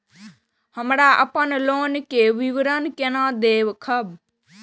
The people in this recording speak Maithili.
हमरा अपन लोन के विवरण केना देखब?